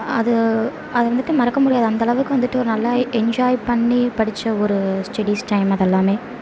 அது அது வந்துவிட்டு மறக்க முடியாத அந்த அளவுக்கு வந்துவிட்டு ஒரு நல்லா என்ஜாய் பண்ணி படிச்ச ஒரு ஸ்டெடீஸ் டைம் அதெல்லாமே